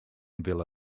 villa